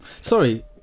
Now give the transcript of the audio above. Sorry